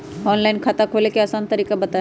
Online खाता खोले के आसान तरीका बताए?